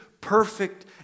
perfect